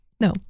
No